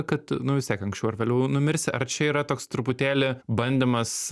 kad nu vis tiek anksčiau ar vėliau numirsi ar čia yra toks truputėlį bandymas